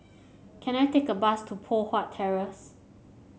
can I take a bus to Poh Huat Terrace